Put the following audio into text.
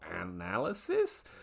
analysis